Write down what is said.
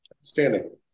Standing